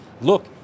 look